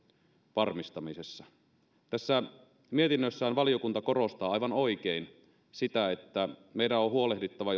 varmistamisessa tässä mietinnössään valiokunta korostaa aivan oikein sitä että meidän on on huolehdittava